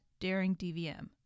DaringDVM